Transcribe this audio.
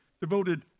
devoted